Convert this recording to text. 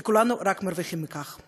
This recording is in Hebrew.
כי כולנו רק מרוויחים מכך.